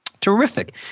Terrific